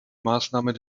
maßnahmen